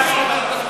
לא רוצים, לא צריך.